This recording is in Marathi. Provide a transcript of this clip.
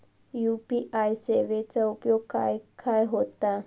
यू.पी.आय सेवेचा उपयोग खाय खाय होता?